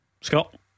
Scott